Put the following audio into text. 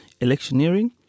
electioneering